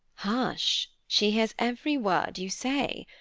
hush, she hears every word you say.